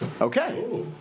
Okay